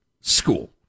school